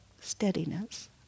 Steadiness